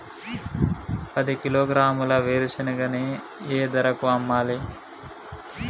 పది కిలోగ్రాముల వేరుశనగని ఏ ధరకు అమ్మాలి?